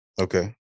Okay